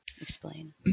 explain